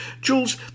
Jules